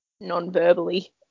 non-verbally